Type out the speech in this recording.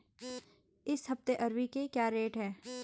इस हफ्ते अरबी के क्या रेट हैं?